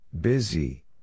Busy